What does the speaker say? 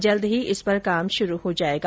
जल्द ही इस पर काम शुरू हो जायेगा